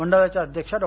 मंडळाच्या अध्यक्षा डॉ